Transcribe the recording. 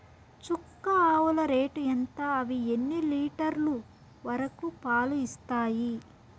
చుక్క ఆవుల రేటు ఎంత? అవి ఎన్ని లీటర్లు వరకు పాలు ఇస్తాయి?